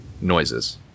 noises